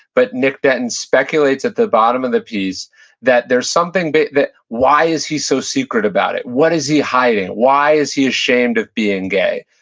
but nick denton speculates at the bottom of the piece that there's something, but that why is he so secret about it? what is he hiding? why is he ashamed of being gay?